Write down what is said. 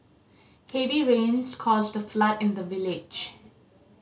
heavy rains caused a flood in the village